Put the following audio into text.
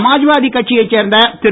சமாஜ்வாதி கட்சியைச் சேர்ந்த திரு